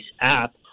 app